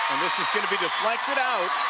and this is going to be deflected out.